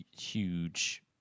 huge